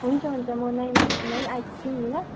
हुन्छ हुन्छ म नाइनमै आइपुग्छु नि ल